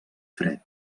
fred